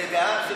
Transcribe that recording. זו דעה נוספת.